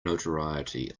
notoriety